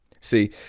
See